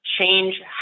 change